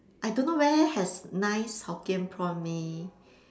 I don't know where has nice hokkien prawn mee